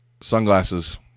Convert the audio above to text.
sunglasses